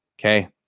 Okay